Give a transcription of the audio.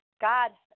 God